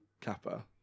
Kappa